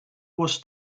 was